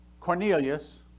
Cornelius